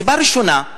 סיבה ראשונה,